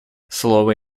слово